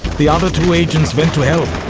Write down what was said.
the other two agents went to help.